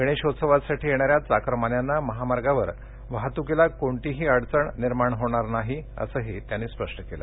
गणेशोत्सवासाठी येणाऱ्या चाकरमान्यांना महामार्गावर वाहतुकीस कोणतीही अडचणी निर्माण होणार नाही असंही त्यांनी स्पष्ट केलं